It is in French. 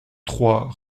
trois